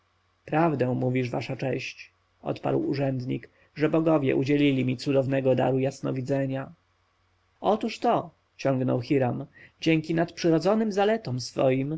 prawdę mówisz wasza cześć odparł urzędnik że bogowie udzielili mi cudnego daru jasnowidzenia otóż to ciągnął hiram dzięki nadprzyrodzonym zaletom swoim